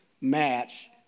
match